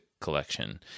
collection